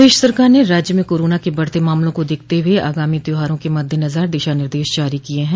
प्रदेश सरकार ने राज्य में कोरोना के बढ़ते मामलों को देखते हुए आगामी त्यौहारों के मद्देनजर दिशा निर्देश जारी किये हैं